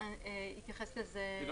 מנהל ענייני בטיחות הגז יתייחס לזה.